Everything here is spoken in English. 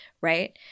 Right